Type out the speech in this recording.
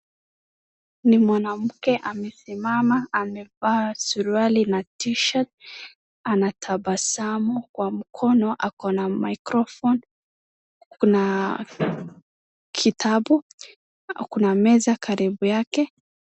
Ni mwanamke amesimama amevaa suruali na T-shirt anatabasamu. Kwa mkono ako na microphone na kitabu, kuna meza karibu yake.